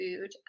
food